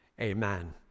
Amen